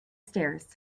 stairs